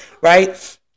right